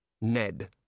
Ned